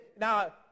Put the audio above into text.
Now